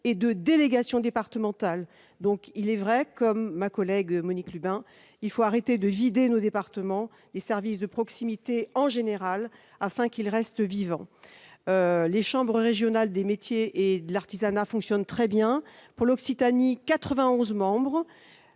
et de délégations départementales. Je pense, comme ma collègue Monique Lubin, qu'il faut arrêter de vider nos départements des services de proximité en général, afin qu'ils restent vivants. Les chambres régionales de métiers et de l'artisanat fonctionnent très bien. Celle d'Occitanie est